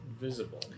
visible